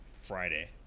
Friday